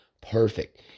Perfect